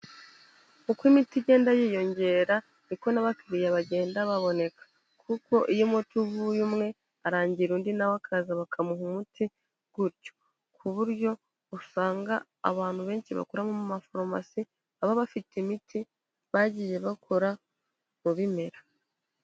Uko imiti igenda yiyongera niko n'abakiriya bagenda baboneka, kuko iyo umuti uvuye umwe arangira undi na we akaza bakamuha umuti gutyo, ku buryo usanga abantu benshi bakora mu mafaromasi baba bafite imiti bagiye bakora mu bimera.